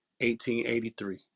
1883